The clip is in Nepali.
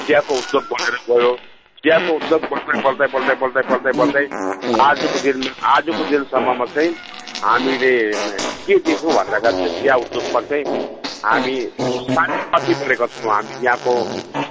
चियाको उद्योग बढेर गयो चियाको उद्योग बढ्दै बढ्दै बढ्दै बढ्दै बढ्दै बढ्दै आजको दिनमा आजको दिनसम्ममा चाहिँ हामीले के देख्यौँ भन्दाखरि चाहिँ चिया उद्योगमा चाहिँ हामी साह्रै पछि परेको छौँ हामी यहाँको